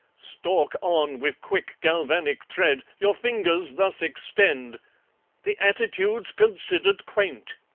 stalk on with quick, galvanic tread your fingers thus extend the attitude's considered quaint.